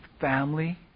family